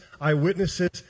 eyewitnesses